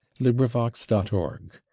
LibriVox.org